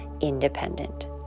independent